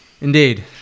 Indeed